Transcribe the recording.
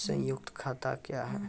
संयुक्त खाता क्या हैं?